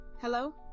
Hello